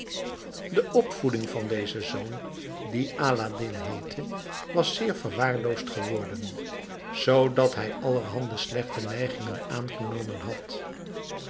de opvoeding van dezen zoon die aladdin heette was zeer verwaarloosd geworden zoodat hij allerhande slechte neigingen aangenomen had